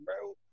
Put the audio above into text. bro